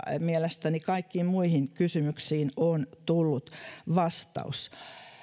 mielestäni kaikkiin muihin kysymyksiin on tullut vastaus